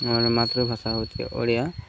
ଆମର ମାତୃଭାଷା ହେଉଛି ଓଡ଼ିଆ